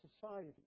society